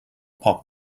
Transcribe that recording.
pop